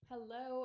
Hello